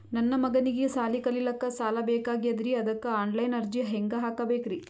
ನನ್ನ ಮಗನಿಗಿ ಸಾಲಿ ಕಲಿಲಕ್ಕ ಸಾಲ ಬೇಕಾಗ್ಯದ್ರಿ ಅದಕ್ಕ ಆನ್ ಲೈನ್ ಅರ್ಜಿ ಹೆಂಗ ಹಾಕಬೇಕ್ರಿ?